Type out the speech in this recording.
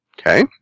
Okay